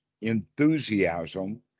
enthusiasm